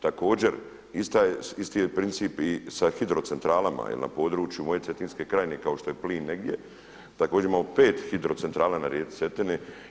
Također isti je princip i sa hidrocentralama jer na području moje Cetinske krajine kao što je plin negdje, također imamo 5 hidrocentrala na rijeci Cetini.